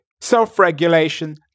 Self-regulation